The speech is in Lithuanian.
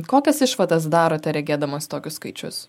kokias išvadas darote regėdamas tokius skaičius